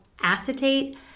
acetate